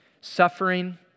suffering